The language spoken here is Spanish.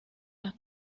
las